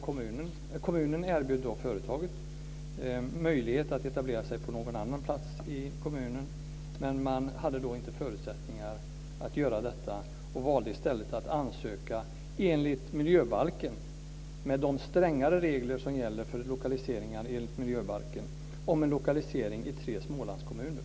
Kommunen erbjöd då företaget möjlighet att etablera sig på någon annan plats i kommunen, men företaget hade då inte förutsättningar att göra detta. Företaget valde i stället att ansöka enligt miljöbalken, med de strängare regler för lokaliseringar som den innebär, om en lokalisering i tre Smålandskommuner.